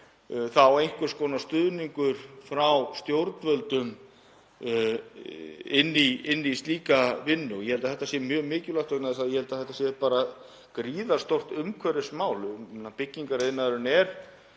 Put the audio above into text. þá einhvers konar stuðningur frá stjórnvöldum inn í slíka vinnu. Ég held að þetta sé mjög mikilvægt vegna þess að ég held að þetta sé bara gríðarstórt umhverfismál. Byggingariðnaðurinn er